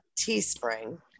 teespring